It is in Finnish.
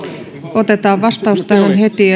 otetaan vastaus tähän heti